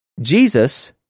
Jesus